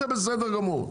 זה בסדר גמור.